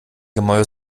gemäuer